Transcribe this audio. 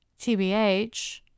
TBH